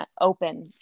open